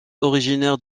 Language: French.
originaire